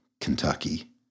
Kentucky